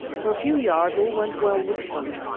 for a few yards all went well with them,